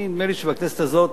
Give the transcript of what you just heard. נדמה לי שבכנסת הזאת,